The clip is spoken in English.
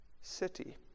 city